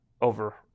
over